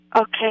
Okay